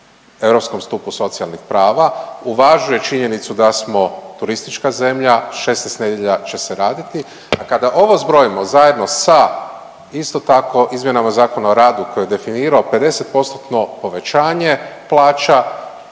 europskom stupu socijalnih prava, uvažuje činjenicu da smo turistička zemlja 16 nedjelja će se raditi, a kada ovo zbrojimo zajedno sa isto tako izmjenama Zakona o radu koji je definirao 50%-tno povećanje plaće,